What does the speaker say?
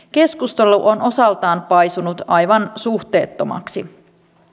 keskustelu on osaltaan paisunut aivan suhteettomaksi